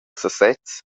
sesez